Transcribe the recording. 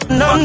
no